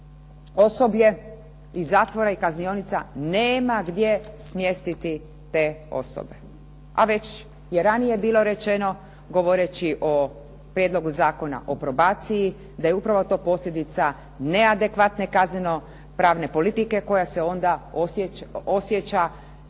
osoblje iz zatvora i kaznionica nema gdje smjestiti te osobe. A već je ranije bilo rečeno govoreći o prijedlogu zakona o probaciji, da je upravo to posljedica neadekvatne pravne politike koja se onda osjeća